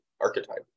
archetype